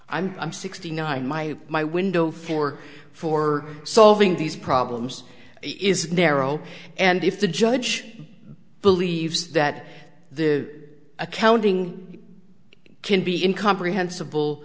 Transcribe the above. and i'm sixty nine my my window for for solving these problems is narrow and if the judge believes that the accounting can be in comprehensible